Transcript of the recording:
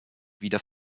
wieder